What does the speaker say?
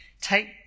take